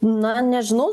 na nežinau